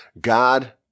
God